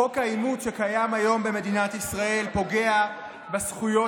חוק האימוץ שקיים היום במדינת ישראל פוגע בזכויות